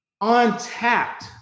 untapped